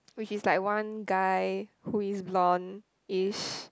which is like one guy who is blonde ish